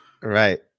Right